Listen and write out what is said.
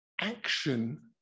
action